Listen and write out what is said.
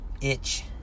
itch